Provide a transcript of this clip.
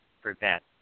prevent